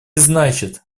значит